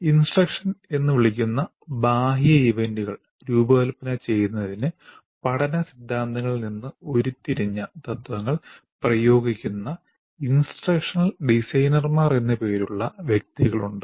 "instruction" എന്ന് വിളിക്കുന്ന ബാഹ്യ ഇവന്റുകൾ രൂപകൽപ്പന ചെയ്യുന്നതിന് പഠന സിദ്ധാന്തങ്ങളിൽ നിന്ന് ഉരുത്തിരിഞ്ഞ തത്ത്വങ്ങൾ പ്രയോഗിക്കുന്ന ഇൻസ്ട്രക്ഷണൽ ഡിസൈനർമാർ എന്ന് പേരുള്ള വ്യക്തികളുണ്ട്